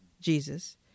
Jesus